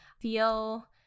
feel